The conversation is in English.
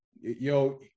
Yo